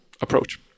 approach